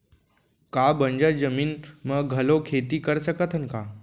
का बंजर जमीन म घलो खेती कर सकथन का?